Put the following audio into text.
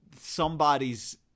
somebody's